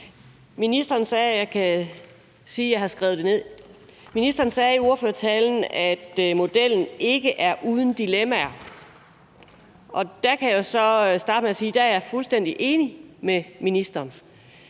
Ministeren sagde i sin tale, at modellen ikke er uden dilemmaer. Der kan jeg så starte med at sige, at der er jeg fuldstændig enig med ministeren.